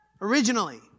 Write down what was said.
Originally